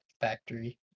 factory